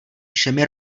všemi